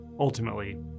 ultimately